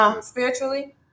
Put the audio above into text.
Spiritually